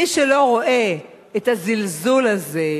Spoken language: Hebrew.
מי שלא רואה את הזלזול הזה,